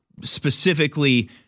specifically